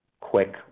quick